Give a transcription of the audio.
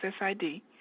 SSID